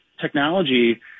technology